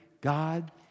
God